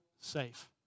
safe